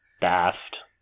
Daft